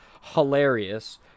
hilarious